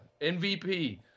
MVP